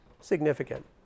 significant